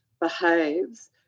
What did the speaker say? behaves